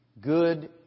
good